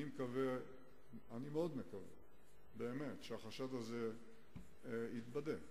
אני מאוד מקווה שהחשד הזה יתבדה,